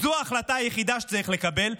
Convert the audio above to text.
זו ההחלטה היחידה שצריך לקבל.